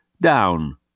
Down